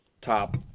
top